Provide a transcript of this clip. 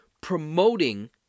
promoting